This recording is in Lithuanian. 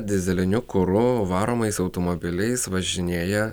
dyzeliniu kuru varomais automobiliais važinėja